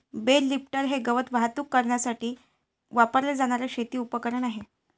bell lifter हे गवत वाहतूक करण्यासाठी वापरले जाणारे शेती उपकरण आहे